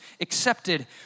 accepted